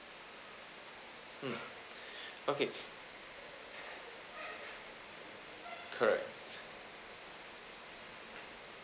mm okay correct